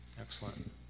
Excellent